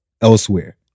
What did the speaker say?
elsewhere